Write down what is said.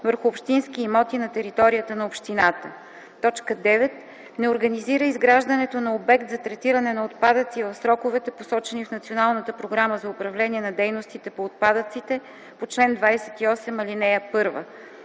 върху общински имоти на територията на общината. 9. не организира изграждането на обект за третиране на отпадъци в сроковете, посочени в Националната програма за управление на дейностите по отпадъците по чл. 28, ал. 1.”